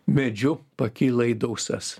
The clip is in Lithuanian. medžiu pakyla į dausas